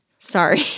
Sorry